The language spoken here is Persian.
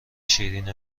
شیرین